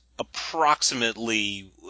approximately